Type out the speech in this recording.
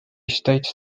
states